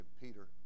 Peter